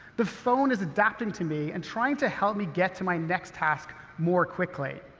the phone is adapting to me and trying to help me get to my next task more quickly.